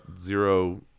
zero